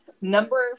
number